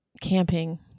camping